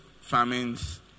famines